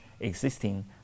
existing